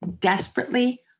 desperately